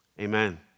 Amen